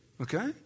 okay